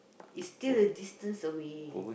is still a distance away